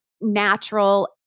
natural